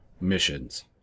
missions